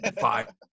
Five